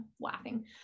laughing